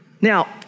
Now